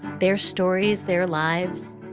their stories, their lives.